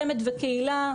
חמ"ד וקהילה,